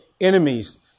enemies